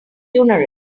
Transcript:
funerals